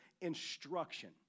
instruction